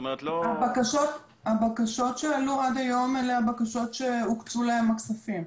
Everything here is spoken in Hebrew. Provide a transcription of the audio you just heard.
הבקשות שעלו עד היום אלה הבקשות שהוקצו להן הכספים.